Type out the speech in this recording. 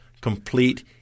complete